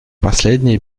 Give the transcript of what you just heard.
последняя